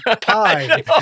pie